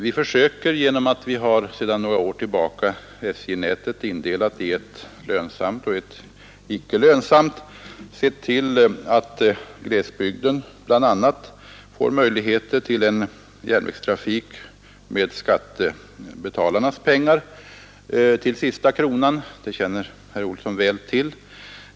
Vi försöker genom att SJ-nätet sedan några år tillbaka är indelat i ett lönsamt och ett icke lönsamt nät se till att glesbygden bl.a. får möjlighet till järnvägstrafik - för skattebetalarnas pengar. Det känner herr Olsson i Kil väl till.